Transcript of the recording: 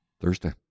Thursday